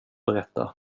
berätta